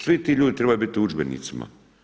Svi ti ljudi trebaju biti u udžbenicima.